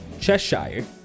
Cheshire